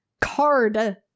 card